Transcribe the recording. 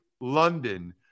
London